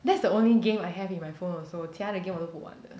that's the only game I have in my phone also 其它的 game 我都不玩的